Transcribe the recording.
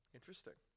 Interesting